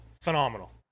phenomenal